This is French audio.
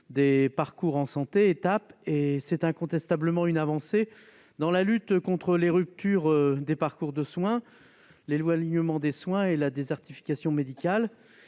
des parcours en santé (Étapes) est incontestablement une avancée dans la lutte contre les ruptures des parcours de soins, l'éloignement des soins et la désertification médicale.